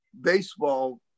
baseball